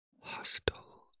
hostile